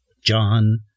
John